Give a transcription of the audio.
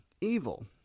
evil